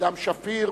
בדם שפיר